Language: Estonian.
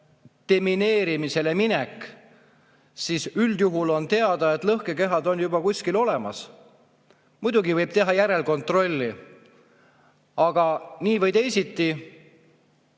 demineerimisele minek, siis üldjuhul on teada, et lõhkekehad on juba kuskil olemas. Muidugi võib teha järelkontrolli. Aga nii või teisiti